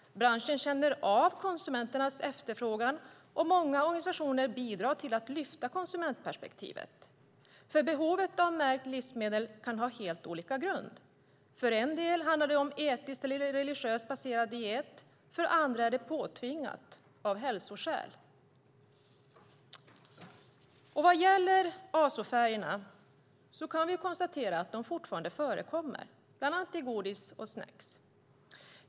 Branschen känner av konsumenternas efterfrågan, och många organisationer bidrar till att lyfta konsumentperspektivet. Behovet av märkta livsmedel kan ha helt olika grund. För en del handlar det om en etiskt eller religiöst baserad diet. För andra är det påtvingat av hälsoskäl. Vi kan konstatera att azofärger fortfarande förekommer, bland annat i godis och snacks.